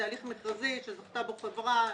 זה הליך מכרזי שזכתה בו חברה לרכישה,